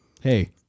Hey